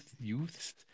youths